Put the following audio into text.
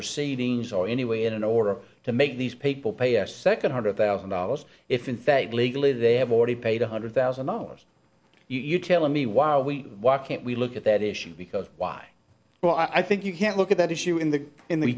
proceedings or any way in order to make these people pay a second hundred thousand dollars if in fact legally they have already paid one hundred thousand dollars you tell me while we walk can't we look at that issue because why well i think you can't look at that issue in the in the